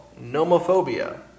nomophobia